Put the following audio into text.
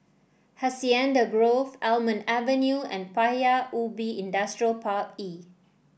Hacienda Grove Almond Avenue and Paya Ubi Industrial Park E